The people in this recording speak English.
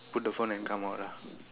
put the phone and come out ah